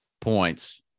points